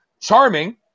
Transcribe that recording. Charming